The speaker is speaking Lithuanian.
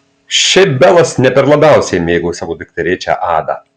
šiaip belas ne per labiausiai mėgo savo dukterėčią adą